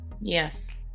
yes